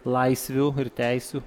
laisvių ir teisių